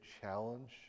challenge